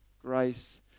grace